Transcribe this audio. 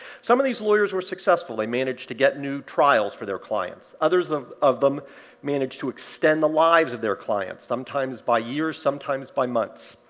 some of these lawyers were successful they managed to get new trials for their clients. others of of them managed to extend the lives of their clients, sometimes by years, sometimes by months.